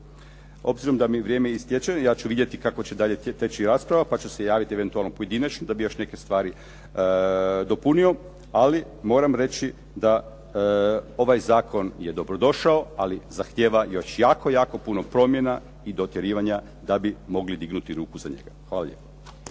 Obzirom da mi vrijeme isječe ja ću dalje vidjeti kako će teći rasprava, pa ću se javiti eventualno pojedinačno da bi još neke stvari dopunio, ali moram reći da ovaj zakon je dobrodošao ali zahtijeva još jako, jako puno promjena i dotjerivanja da bi mogli dignuti ruku za njega. Hvala lijepa.